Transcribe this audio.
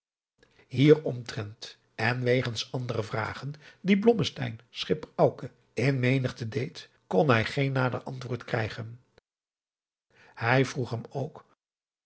hieromtrent en wegens andere vragen die blommesteyn schipper auke in menigte deed kon hij geen nader antwoord krijgen hij vroeg hem ook